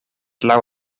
laŭ